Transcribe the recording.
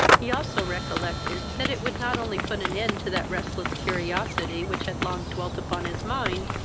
he also recollected that it would not only put an end to that restless curiosity which had long dwelt upon his mind,